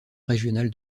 régional